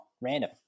random